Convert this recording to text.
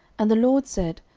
and the lord said,